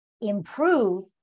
improve